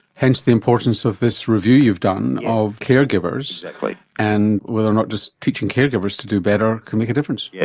hence the importance of this review you've done of caregivers like like and whether or not just teaching caregivers to do better can make a difference. yeah